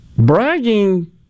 Bragging